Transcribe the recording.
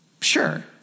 sure